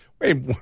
Wait